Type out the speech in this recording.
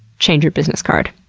change her business card.